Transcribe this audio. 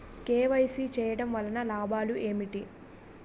KYC చేయటం వలన లాభాలు ఏమిటి?